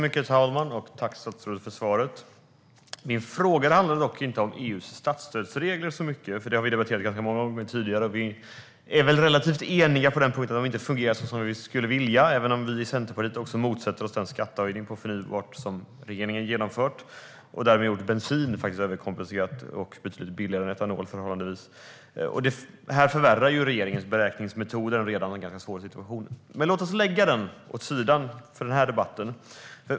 Herr talman! Tack, statsrådet, för svaret! Min fråga handlade dock inte så mycket om EU:s statsstödsregler, för det har vi debatterat ganska många gånger tidigare, och vi är väl relativt eniga om att de inte fungerar som vi skulle vilja, även om vi i Centerpartiet motsätter oss den skattehöjning på förnybart som regeringen har genomfört som faktiskt har överkompenserat bensin och gjort den förhållandevis betydligt billigare än etanol. Här förvärrar regeringens beräkningsmetoder en redan ganska svår situation. Men låt oss lägga det åt sidan för den här debatten.